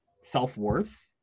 self-worth